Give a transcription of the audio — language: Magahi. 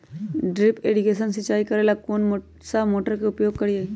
ड्रिप इरीगेशन सिंचाई करेला कौन सा मोटर के उपयोग करियई?